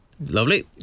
lovely